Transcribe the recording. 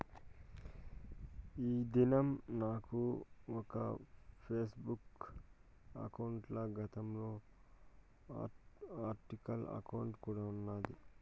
ఆ, ఈ దినం నాకు ఒక ఫేస్బుక్ బుక్ అకౌంటల, గతంల ఆర్కుట్ అకౌంటు కూడా ఉన్నాది